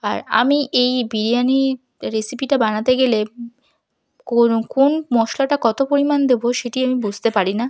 আর আমি এই বিরিয়ানি রেসিপিটা বানাতে গেলে কোন মশলাটা কত পরিমাণ দেব সেটি আমি বুঝতে পারি না